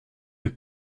les